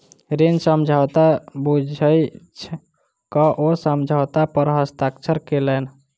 ऋण समझौता बुइझ क ओ समझौता पर हस्ताक्षर केलैन